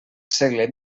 segle